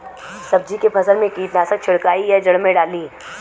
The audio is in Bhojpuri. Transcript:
सब्जी के फसल मे कीटनाशक छिड़काई या जड़ मे डाली?